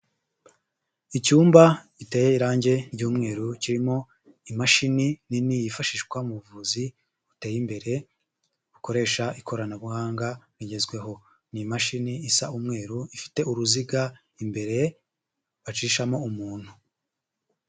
Icyumba giteye irangi ry'umweru kirimo imashini nini yifashishwa mu buvuzi buteye imbere bukoresha ikoranabuhanga rigezweho, ni imashini isa umweru ifite uruziga imbere bacishamo umuntu.